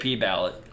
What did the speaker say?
ballot